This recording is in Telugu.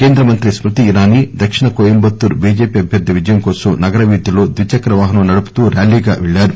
కేంద్ర మంత్రి స్కృతి ఇరానీ దక్షిణ కోయంబత్తూరు బిజెపి అభ్యర్థి విజయం కోసం నగర వీధుల్లో ద్విచక్రవాహనం నడుపుతూ ర్యాలీగా పెళ్లారు